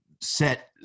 set